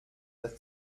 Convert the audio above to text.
der